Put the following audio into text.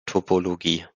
topologie